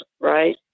right